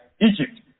Egypt